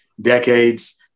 decades